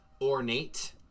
ornate